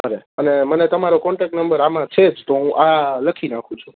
ભલે અને મને તમારો કોન્ટેક નંબર આમાં છે જ તો હું આ લખી નાખું છું